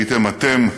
הייתם אתם,